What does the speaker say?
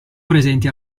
presenti